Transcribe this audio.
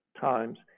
times